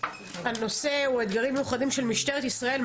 נושא הדיון הוא: אתגרים מיוחדים של משטרת ישראל,